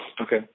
Okay